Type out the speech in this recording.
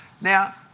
Now